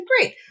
great